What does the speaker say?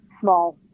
small